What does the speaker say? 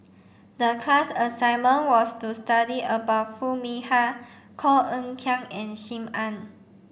the class assignment was to study about Foo Mee Har Koh Eng Kian and Sim Ann